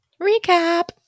Recap